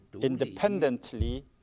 independently